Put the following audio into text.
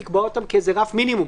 לקבוע אותם כאיזה רף מינימום.